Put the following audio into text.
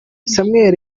samuel